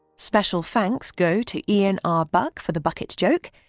special thanks go to ian r buck for the bucket joke,